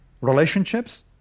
relationships